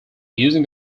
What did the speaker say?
using